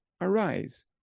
arise